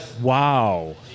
Wow